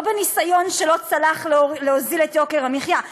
בניסיון שלא צלח להוזיל את יוקר המחיה.